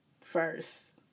first